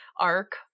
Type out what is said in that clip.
arc